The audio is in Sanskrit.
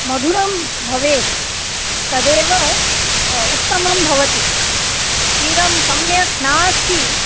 मधुरं भवेत् तदेव उत्तमं भवति क्षीरं सम्यक् नास्ति